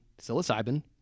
psilocybin